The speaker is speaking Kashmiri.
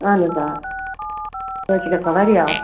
اَہَن حظ آ سُہ حظ چھُ گژھان واریاہ اَتھ